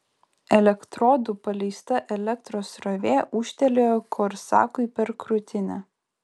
elektrodų paleista elektros srovė ūžtelėjo korsakui per krūtinę